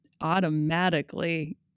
automatically